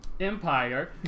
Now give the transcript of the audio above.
Empire